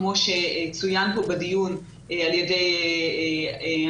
כמו שצוין כאן בדיון על ידי המשנה,